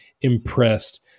impressed